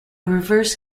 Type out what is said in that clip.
reverse